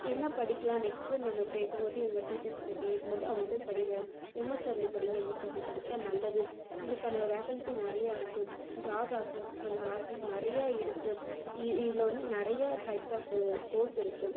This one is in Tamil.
என்ன படிக்கலாம் நெக்ஸ்டுனு கேட்கும்போது எங்கள் டீச்சர்ஸ் கிட்ட கேட்கும் போது அவங்க வந்து படிங்க எம்எஸ்டபுள்யூ படிங்க எம்எஸ்டபுள்யூ படித்தா நல்லது இதுக்கான வேகன்ஸி நிறையா இருக்குது ஜாப் ஆஃபர் அதில் ஆஃபர்ஸ் நிறைய இருக்குது இதில் வந்து நிறைய டைப்ஸ் ஆஃப் கோர்ஸ் இருக்குது